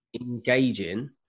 engaging –